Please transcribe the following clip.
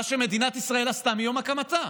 מה שמדינת ישראל עשתה מיום הקמתה,